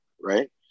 Right